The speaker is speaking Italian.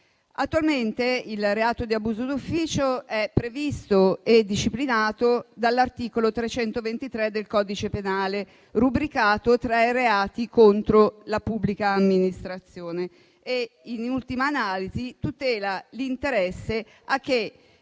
Attualmente, il reato di abuso d'ufficio è previsto e disciplinato dall'articolo 323 del codice penale, rubricato tra i reati contro la pubblica amministrazione e, in ultima analisi, tutela l'interesse a che